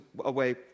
away